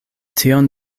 tion